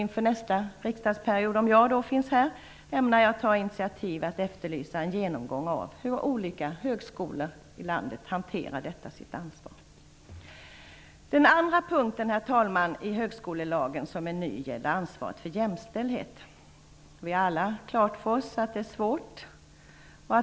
Under nästa riksdagsperiod ämnar jag -- om jag finns här då -- ta initiativ till att efterlysa en genomgång av hur olika högskolor i landet hanterar detta sitt ansvar. Den andra punkten som är ny i högskolelagen, herr talman, gäller ansvaret för jämställdhet. Vi har alla klart för oss att det är en svår fråga.